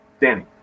Danny